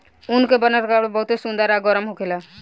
ऊन के बनल कपड़ा बहुते सुंदर आ गरम होखेला